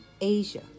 Asia